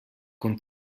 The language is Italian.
con